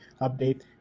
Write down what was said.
update